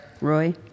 Roy